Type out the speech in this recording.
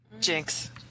Jinx